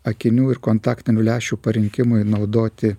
akinių ir kontaktinių lęšių parinkimui naudoti